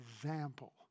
example